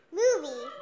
movie